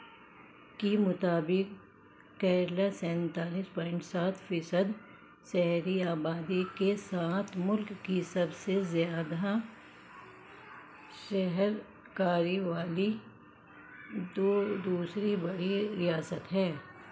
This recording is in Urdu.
کی مطابق کیرلا سینتالیس پوائنٹ سات فیصد شہری آبادی کے ساتھ ملک کی سب سے زیادہ شہر کاری والی دو دوسری بڑی ریاست ہے